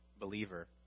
believer